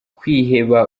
kwiheba